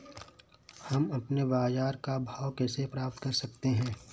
हम अपने बाजार का भाव कैसे पता कर सकते है?